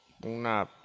una